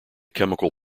chemical